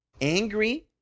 angry